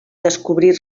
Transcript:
descobrir